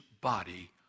body